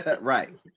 Right